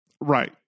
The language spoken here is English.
right